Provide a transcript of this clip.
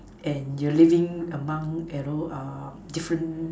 and you're living among fellow um different